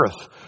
earth